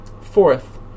Fourth